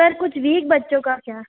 sir कुछ weak बच्चों का क्या